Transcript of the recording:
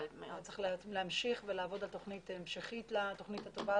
צריך להמשיך ולעבוד על תוכנית המשכית לתוכנית הטובה